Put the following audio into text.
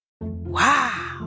Wow